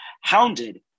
hounded